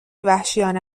وحشیانه